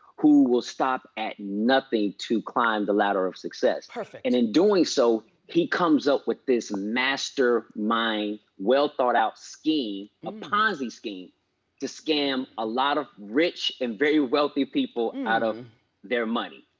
who will stop at nothing to climb the ladder of success. perfect. and in doing so, he comes up with this master mind, well thought out scheme, a ponzi scheme to scam a lot of rich and very wealthy people out of their money.